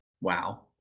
Wow